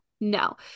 no